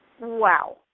Wow